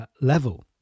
level